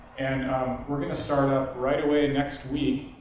and we're going to start up right away next week.